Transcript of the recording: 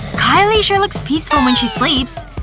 kylie sure looks peaceful when she sleeps.